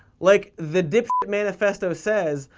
like the dipsh manifesto says,